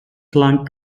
planck